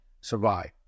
survive